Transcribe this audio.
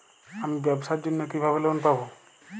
আমি ব্যবসার জন্য কিভাবে লোন পাব?